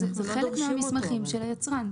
הוא חלק מהמסמכים של היצרן.